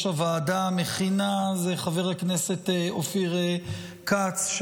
הוועדה המכינה זה חבר הכנסת אופיר כץ,